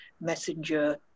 messenger